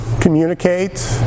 communicate